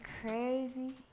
crazy